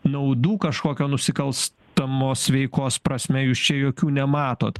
naudų kažkokio nusikalstamos veikos prasme jūs čia jokių nematot